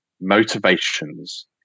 motivations